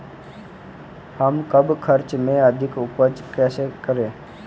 हम कम खर्च में अधिक उपज कैसे करें?